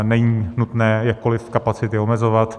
Není nutné jakkoliv kapacity omezovat.